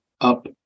up